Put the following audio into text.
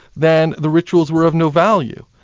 then the rituals were of no value.